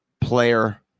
player